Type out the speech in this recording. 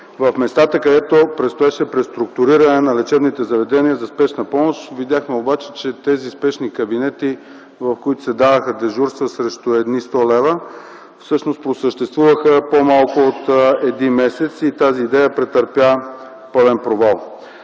в местата, където предстоеше преструктуриране на лечебните заведения за спешна помощ. Видяхме обаче, че тези спешни кабинети, в които се даваха дежурства срещу едни 100 лв., всъщност просъществуваха по-малко от месец и тази идея претърпя пълен провал.